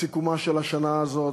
בסיכומה של השנה הזאת.